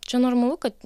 čia normalu kad